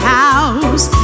house